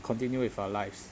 continue with our lives